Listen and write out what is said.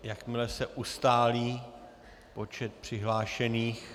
Jakmile se ustálí počet přihlášených...